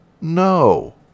No